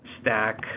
stack